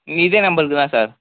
இதே நம்பருக்கு தான் சார்